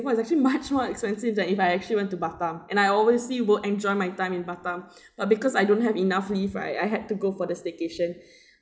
~apore is actually much more expensive than if I actually went to batam and I will obviously enjoy my time in batam but because I don't have enough leave right I had to go for the staycation